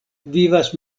vivas